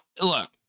look